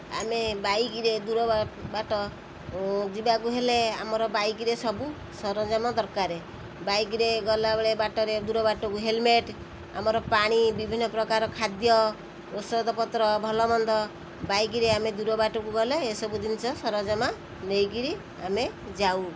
ଆମେ ବାଇକ୍ରେ ଦୂର ବାଟ ଯିବାକୁ ହେଲେ ଆମର ବାଇକ୍ରେ ସବୁ ସରଞ୍ଜାମ ଦରକାର ବାଇକ୍ରେ ଗଲାବେଳେ ବାଟରେ ଦୂର ବାଟକୁ ହେଲମେଟ୍ ଆମର ପାଣି ବିଭିନ୍ନପ୍ରକାର ଖାଦ୍ୟ ଔଷଧ ପତ୍ର ଭଲ ମନ୍ଦ ବାଇକ୍ରେ ଆମେ ଦୂର ବାଟକୁ ଗଲେ ଏସବୁ ଜିନିଷ ସରଞ୍ଜାମ ନେଇକରି ଆମେ ଯାଉ